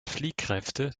fliehkräfte